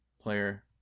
player